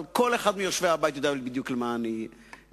כל אחד מיושבי הבית יודע בדיוק למה אני מתכוון.